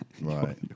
right